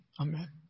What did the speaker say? Amen